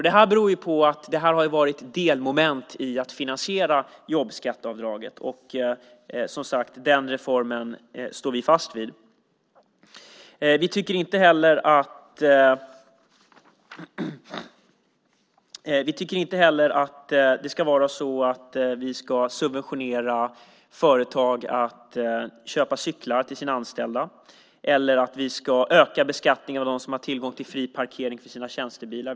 Det beror på att detta är delmoment i att finansiera jobbskatteavdraget, och den reformen står vi som sagt fast vid. Vi tycker inte heller att vi ska subventionera att företag köper cyklar till sina anställda eller att vi ska öka beskattningen av dem som har tillgång till fri parkering av sina tjänstebilar.